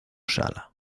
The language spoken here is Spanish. sala